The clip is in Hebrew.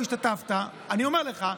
אני אומר לך,